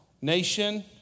nation